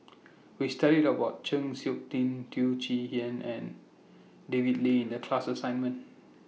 We studied about Chng Seok Tin Teo Chee Hean and David Lee in The class assignment